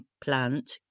plant